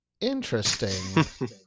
Interesting